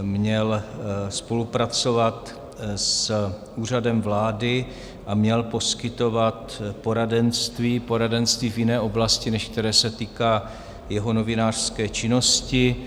Měl spolupracovat s Úřadem vlády a měl poskytovat poradenství poradenství v jiné oblasti, než které se týká jeho novinářské činnosti.